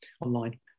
online